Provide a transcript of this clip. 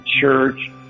church